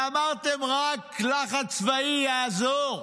ואמרתם: רק לחץ צבאי יעזור,